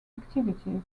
activities